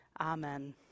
Amen